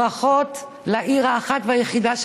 ברכות לעיר האחת והיחידה,